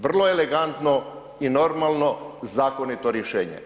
Vrlo elegantno i normalno zakonito rješenje.